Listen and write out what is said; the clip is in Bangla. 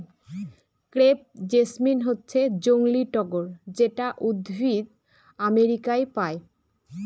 ক্রেপ জেসমিন হচ্ছে জংলী টগর যেটা উদ্ভিদ আমেরিকায় পায়